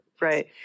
right